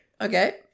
Okay